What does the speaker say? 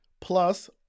plus